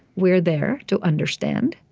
we're there to understand,